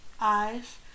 eyes